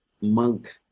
monk